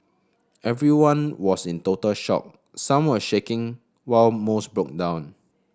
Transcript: everyone was in total shock some were shaking while most broke down